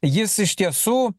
jis iš tiesų